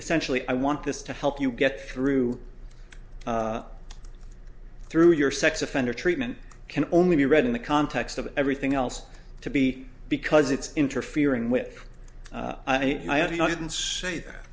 essentially i want this to help you get through through your sex offender treatment can only be read in the context of everything else to be because it's interfering with the i didn't say that